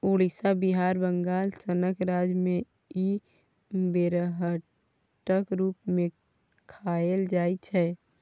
उड़ीसा, बिहार, बंगाल सनक राज्य मे इ बेरहटक रुप मे खाएल जाइ छै